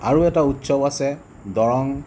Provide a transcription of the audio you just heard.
আৰু এটা উৎসৱ আছে দৰং